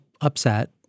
upset